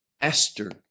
Esther